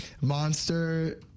Monster